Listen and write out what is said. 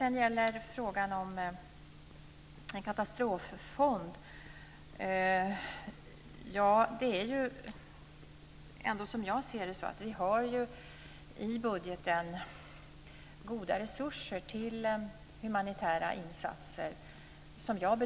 Vad gäller frågan om en katastrofbiståndsfond har vi, som jag bedömer det, goda resurser i budgeten till humanitära insatser.